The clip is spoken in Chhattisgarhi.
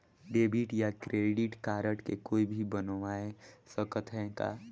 डेबिट या क्रेडिट कारड के कोई भी बनवाय सकत है का?